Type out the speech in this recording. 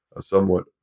somewhat